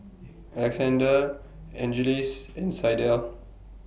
Alexandr Angeles and Sydell